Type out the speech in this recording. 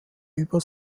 über